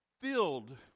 filled